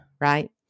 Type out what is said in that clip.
right